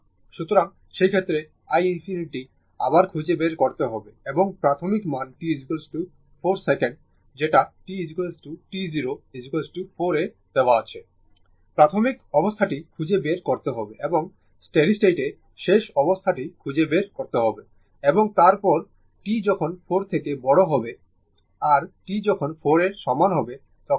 সুতরাং সেই ক্ষেত্রে i ∞ আবার খুঁজে বের করতে হবে এবং প্রাথমিক মান t 4 সেকেন্ড যেটা t t 0 4 এ দেওয়া আছে প্রাথমিক অবস্থাটি খুঁজে বের করতে হবে এবং স্টেডি স্টেটে শেষ অবস্থাটি খুঁজে বের করতে হবে এবং তারপর t যখন 4 থেকে বড় হবে আর t যখন 4 এর সমান হবে তখন এটির এক্সপ্রেশন খুঁজে বের করতে হবে